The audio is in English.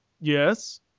yes